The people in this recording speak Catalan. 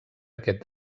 aquest